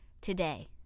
today